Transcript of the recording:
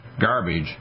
garbage